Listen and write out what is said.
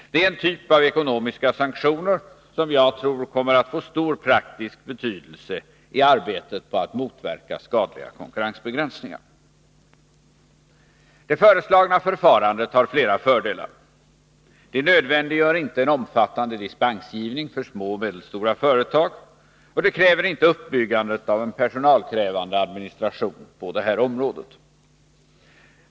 Det är en typ av ekonomisk sanktion som jag tror kommer att få stor praktisk betydelse i arbetet på att motverka skadliga konkurrensbegränsningar. Det föreslagna förfarandet har flera fördelar. Det nödvändiggör inte en omfattande dispensgivning för små och medelstora företag och det kräver inte uppbyggandet av en personalkrävande administration på området.